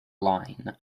line